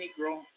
Negro